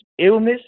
illness